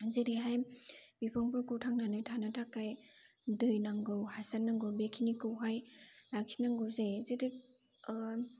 जेरैहाय बिफांफोरखौ थांनानै थानो थाखाय दै नांगौ हासार नांगौ बेखिनिखौहाय लाखिनांगौ जायो जे